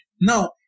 Now